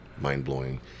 mind-blowing